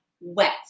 wet